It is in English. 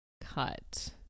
cut